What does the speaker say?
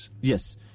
yes